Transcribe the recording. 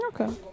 Okay